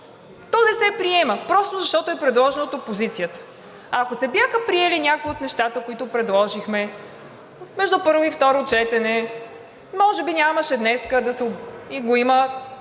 то не се приема просто защото е предложено от опозицията. Ако се бяха приели някои от нещата, които предложихме между първо и второ четене, може би нямаше днеска да